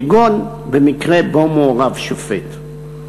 כגון במקרה שבו מעורב שופט,